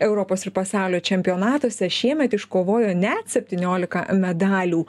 europos ir pasaulio čempionatuose šiemet iškovojo net septyniolika medalių